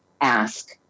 ask